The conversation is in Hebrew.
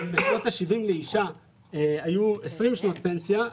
אם בשנות ה-70 לאישה היו 20 שנות פנסיה,